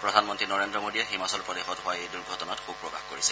প্ৰধানমন্ত্ৰী নৰেন্দ্ৰ মোডীয়ে হিমাচল প্ৰদেশত হোৱা এই দুৰ্ঘটনাত শোক প্ৰকাশ কৰিছে